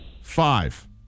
Five